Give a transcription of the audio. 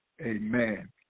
Amen